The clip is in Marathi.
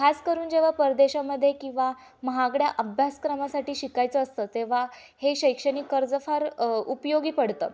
खासकरून जेव्हा परदेशामध्ये किंवा महागड्या अभ्यासक्रमासाठी शिकायचं असतं तेव्हा हे शैक्षणिक कर्ज फार उपयोगी पडतं